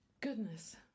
Goodness